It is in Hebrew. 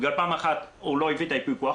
פעם אחת הוא לא הביא יפוי כח,